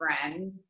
friend